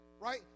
right